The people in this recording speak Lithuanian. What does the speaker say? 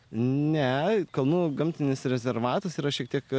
ne kalnų gamtinis rezervatas yra šiek tiek